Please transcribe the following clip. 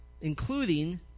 including